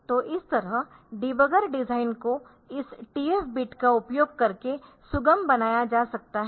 तो इस तरह डीबगर डिजाइन को इस TF बिट का उपयोग करके सुगम बनाया जा सकता है